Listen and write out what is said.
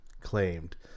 claimed